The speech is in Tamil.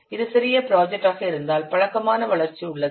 இது சிறிய ப்ராஜெக்ட் ஆக இருந்தால் பழக்கமான வளர்ச்சி உள்ளது